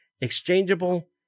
exchangeable